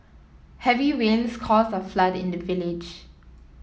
heavy rains caused a flood in the village